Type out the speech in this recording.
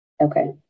Okay